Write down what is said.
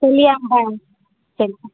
चलिए हम हाँ चलिए